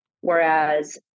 Whereas